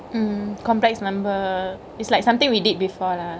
mm complex number is like somethingk we did before lah